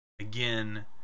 again